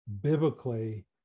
biblically